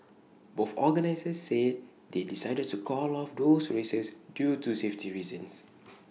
both organisers said they decided to call off those races due to safety reasons